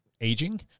aging